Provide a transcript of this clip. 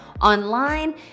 online